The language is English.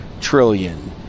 trillion